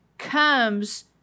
Comes